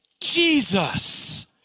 Jesus